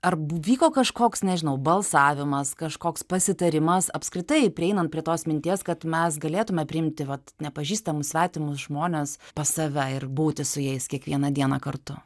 ar vyko kažkoks nežinau balsavimas kažkoks pasitarimas apskritai prieinant prie tos minties kad mes galėtume priimti vat nepažįstamus svetimus žmones pas save ir būti su jais kiekvieną dieną kartu